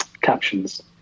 captions